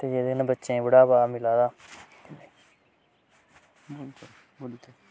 ऐं ते एह्दे कन्नै बच्चें ई बढ़ावा मिला दा